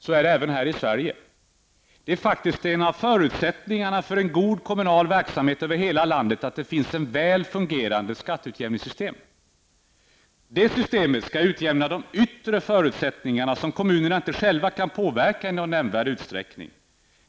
Så är det även här i Sverige. En av förutsättningarna för en god kommunal verksamhet över hela landet är faktiskt att det finns ett väl fungerande skatteutjämningssystem. Det systemet skall utjämna de yttre förutsättningarna som kommunerna inte själva kan påverka i någon nämnvärd utsträckning.